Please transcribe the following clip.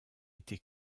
été